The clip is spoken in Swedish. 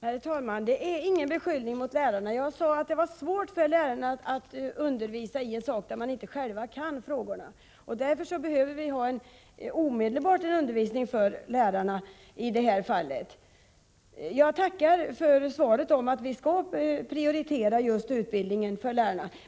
Herr talman! Det är ingen beskyllning mot lärarna. Jag sade att det var svårt för lärarna att undervisa i ett ämne där de inte själva kan frågorna. Därför behövs det i detta fall omedelbart en utbildning av lärarna, och jag tackar för beskedet att vi skall prioritera just utbildningen för lärarna.